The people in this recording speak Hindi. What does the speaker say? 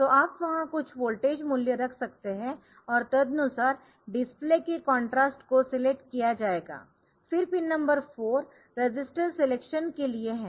तो आप वहां कुछ वोल्टेज मूल्य रख सकते है और तदनुसार डिस्प्ले के कॉन्ट्रास्ट को सिलेक्ट किया जाएगा फिर पिन नंबर 4 रजिस्टर सिलेक्शन के लिए है